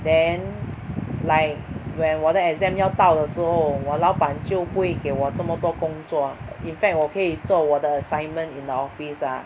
then like when 我的 exam 要到了时候我的老板就不会给我这么多工作 in fact 我可以做我的 assignment in the office ah